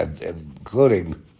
including